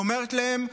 ואומרת להם,